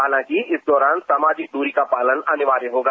हालांकि इस दौरान सामाजिक दूरी का पालन अनिवार्य होगा